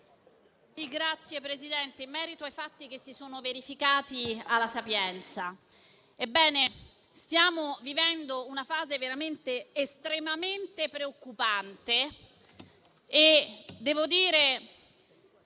Signor Presidente, in merito ai fatti che si sono verificati all'Università «La Sapienza», stiamo vivendo una fase estremamente preoccupante.